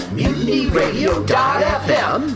mutinyradio.fm